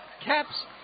Caps